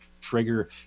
trigger